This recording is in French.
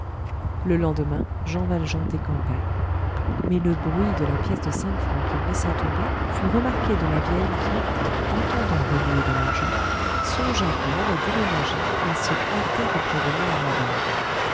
le lendemain jean valjean décampait mais le bruit de la pièce de cinq francs qu'il laissa tomber fut remarqué de la vieille qui entendant remuer de l'argent songea qu'on allait déménager et se hâta de prévenir